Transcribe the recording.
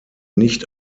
nicht